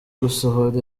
gusohora